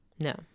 No